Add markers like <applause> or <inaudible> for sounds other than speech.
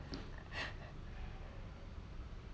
<laughs>